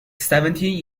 seventeen